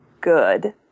Good